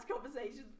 conversations